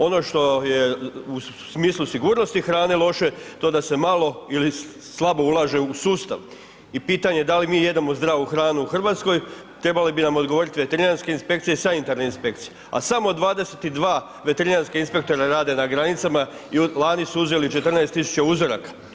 Ono što je u smislu sigurnosti hrane loše, to da se malo ili slabo ulaže u sustav i pitanje je da li mi jedemo zdravu hranu u Hrvatskoj, trebali bi nam odgovoriti veterinarske inspekcije i sanitarne inspekcije, a samo 22 veterinarska inspektora rade na granicama i lani su uzeli 14 tisuća uzoraka.